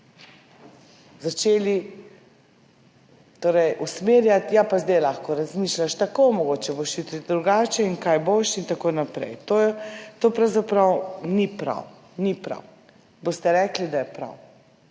začeli usmerjati, ja, zdaj lahko razmišljaš tako, mogoče boš jutri drugače, kaj boš in tako naprej. To pravzaprav ni prav. Boste rekli, da je prav?